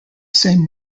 saint